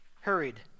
hurried